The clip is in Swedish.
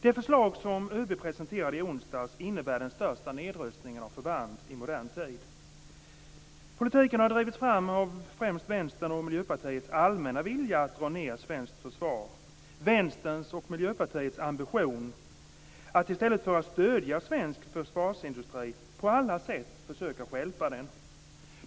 Det förslag som ÖB presenterade i onsdags innebär den största nedrustningen av förband i modern tid. Politiken har drivits fram av främst Vänsterns och Miljöpartiets allmänna vilja att dra ned svenskt försvar, Vänsterns och Miljöpartiets ambition att i stället för att stödja svensk försvarsindustri på alla sätt försöka stjälpa den.